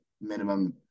minimum